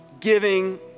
giving